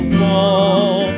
fall